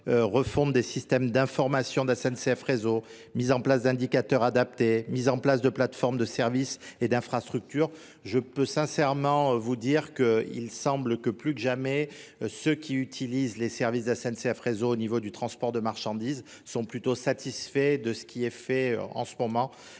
refondre des systèmes d'information d'ASNCF réseau, mise en place d'indicateurs adaptés, mise en place de plateformes de services et d'infrastructures. Je peux sincèrement vous dire qu'il semble que plus que jamais ceux qui utilisent les services d'ASNCF réseau au niveau du transport de marchandises sont plutôt satisfaits de ce qui est fait en ce moment.